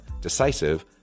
decisive